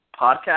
podcast